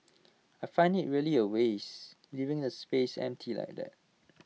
I find IT really A waste leaving the space empty like that